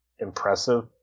impressive